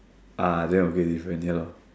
ah then okay different ya lor